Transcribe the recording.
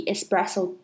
Espresso